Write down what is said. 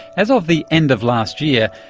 as of the end of last year,